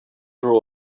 rule